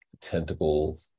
tentacle